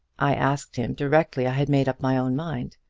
i asked him directly i had made up my own mind,